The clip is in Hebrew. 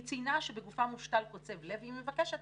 היא ציינה שבגופה מושתל קצב לב והיא מבקשת